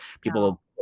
people